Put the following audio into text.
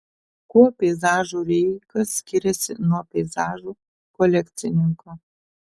kuo peizažų rijikas skiriasi nuo peizažų kolekcininko